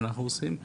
מה אנחנו עושים.